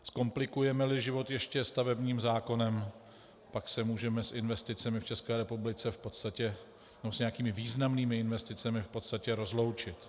Zkomplikujemeli život ještě stavebním zákonem, pak se můžeme s investicemi v České republice v podstatě, nebo s nějakými významnými investicemi v podstatě rozloučit.